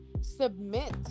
submit